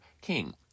king